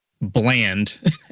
Bland